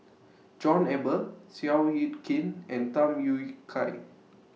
John Eber Seow Yit Kin and Tham Yui Kai